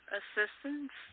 assistance